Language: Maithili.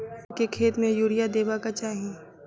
परोर केँ खेत मे यूरिया देबाक चही?